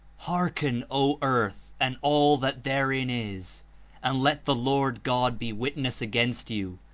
hearken, o earth, and all that therein is and let the lord god be witness against you,